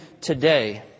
today